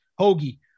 Hoagie